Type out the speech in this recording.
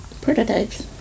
prototypes